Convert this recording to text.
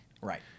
Right